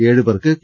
ഏഴുപേർക്ക് P